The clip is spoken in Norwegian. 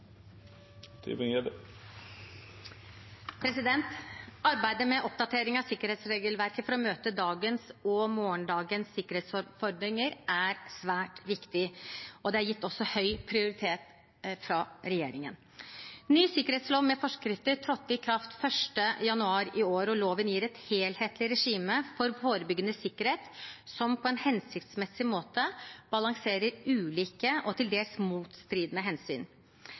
kartleggingen. Arbeidet med oppdatering av sikkerhetregelverket for å møte dagens og morgendagens sikkerhetsutfordringer er svært viktig og er gitt høy prioritet av regjeringen. Ny sikkerhetslov med forskrifter trådte i kraft 1. januar i år. Loven gir et helhetlig regime for forebyggende sikkerhet som på en hensiktsmessig måte balanserer ulike og til dels motstridende hensyn.